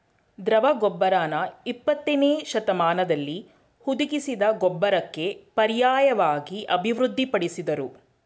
ದ್ರವ ಗೊಬ್ಬರನ ಇಪ್ಪತ್ತನೇಶತಮಾನ್ದಲ್ಲಿ ಹುದುಗಿಸಿದ್ ಗೊಬ್ಬರಕ್ಕೆ ಪರ್ಯಾಯ್ವಾಗಿ ಅಭಿವೃದ್ಧಿ ಪಡಿಸುದ್ರು